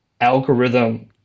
algorithm